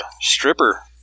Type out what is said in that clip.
stripper